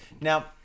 Now